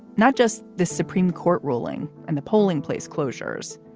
not just the supreme court ruling and the polling place closures.